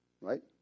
Right